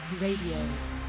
Radio